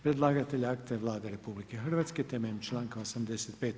Predlagatelj akta je Vlada RH temeljem članka 85.